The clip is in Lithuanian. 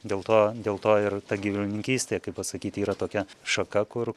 dėl to dėl to ir ta gyvulininkystė kaip pasakyt yra tokia šaka kur